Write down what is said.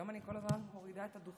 היום אני כל הזמן מורידה את הדוכן.